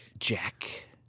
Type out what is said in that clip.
Jack